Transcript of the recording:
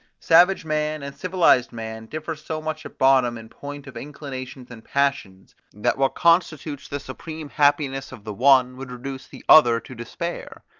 savage man and civilised man differ so much at bottom in point of inclinations and passions, that what constitutes the supreme happiness of the one would reduce the other to despair.